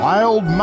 Wild